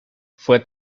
fue